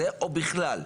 הזה או בכלל.